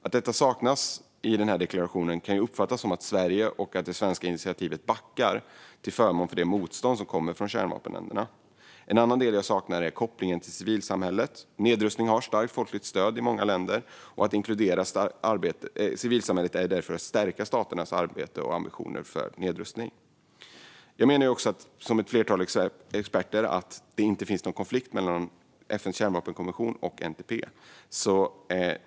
Att detta saknas i deklarationen kan uppfattas som att Sverige och det svenska initiativet backar till förmån för det motstånd som kommer från kärnvapenländerna. En annan del som jag saknar är kopplingen till civilsamhället. Nedrustning har ett starkt folkligt stöd i många länder. Att inkludera civilsamhället skulle därför stärka staternas arbete och ambitioner för nedrustning. Jag menar också, liksom ett flertal experter, att det inte finns någon konflikt mellan FN:s kärnvapenkonvention och NPT.